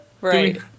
Right